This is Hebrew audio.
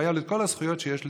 והיו לו כל הזכויות שיש לסטודנט.